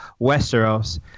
westeros